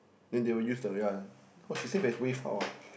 then they will use the ya !woah! she sing there's wave out ah